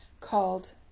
called